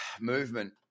movement